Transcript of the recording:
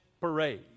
parade